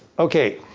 okay